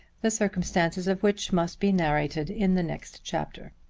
the circumstances of which must be narrated in the next chapter.